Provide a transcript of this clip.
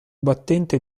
battente